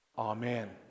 Amen